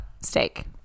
steak